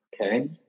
Okay